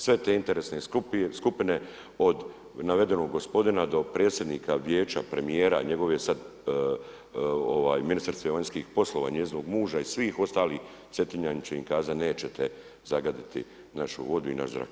Sve te interesne skupine od navedenog gospodina do predsjednika vijeća, premijera, njegove sada ministrice vanjskih poslova i njezinog muža i svih ostalih Cetinjani će im kazati nećete zagaditi našu vodu i naš zrak.